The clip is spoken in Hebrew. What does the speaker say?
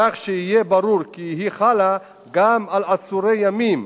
כך שיהיה ברור כי היא חלה גם על עצורי ימים,